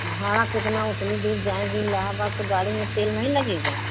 भाड़ा कितना उतनी दूर जाएँगे इलाहाबाद तो गाड़ी में तेल नहीं लगेगा